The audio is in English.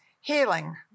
healing